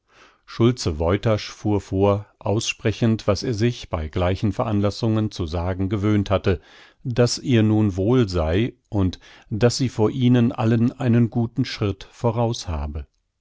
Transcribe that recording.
schulze woytasch fuhr vor aussprechend was er sich bei gleichen veranlassungen zu sagen gewöhnt hatte daß ihr nun wohl sei und daß sie vor ihnen allen einen guten schritt voraushabe